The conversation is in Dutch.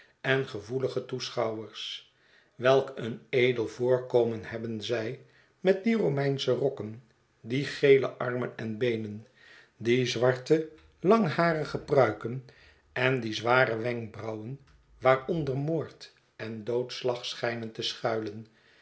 en gevoelige toeschouwers welk een edel voorkomen hebben zij met die romeinsche rokken die geele armen en beenen die zwarte langharige pruiken en die zware wenkbrauwen waaronder moord en doodslag schijnen te schuilen